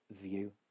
view